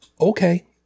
Okay